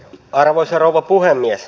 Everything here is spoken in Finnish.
arvoisa rouva puhemies